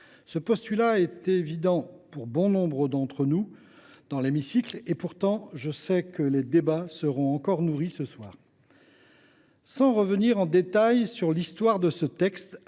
Ce postulat relève de l’évidence pour bon nombre d’entre nous dans cet hémicycle. Pourtant, je sais que les débats seront une nouvelle fois nourris ce soir. Sans revenir en détail sur l’histoire de ce texte,